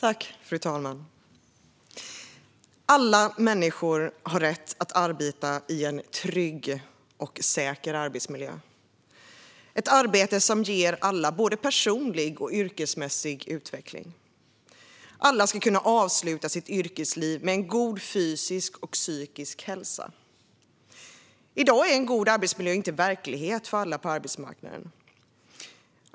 Fru talman! Alla människor har rätt att arbeta i en trygg och säker arbetsmiljö, och arbetet ska ge alla både personlig och yrkesmässig utveckling. Alla ska kunna avsluta sitt yrkesliv med god fysisk och psykisk hälsa. I dag är en god arbetsmiljö inte verklighet för alla på arbetsmarknaden.